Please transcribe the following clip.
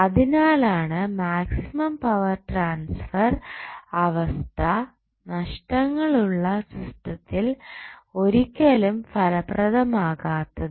അതിനാലാണു് maximum power transfer അവസ്ഥ നഷ്ടങ്ങൾ ഉള്ള സിസ്റ്റത്തിൽ ഒരിക്കലും ഫലപ്രദമാകാത്തത്